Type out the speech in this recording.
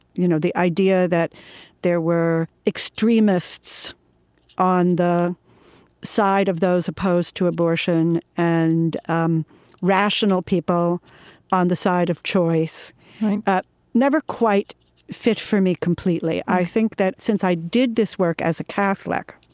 you know the idea that there were extremists on the side of those opposed to abortion and um rational people on the side of choice never quite fit for me completely. i think that since i did this work as a catholic,